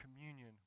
communion